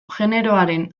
generoaren